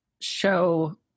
show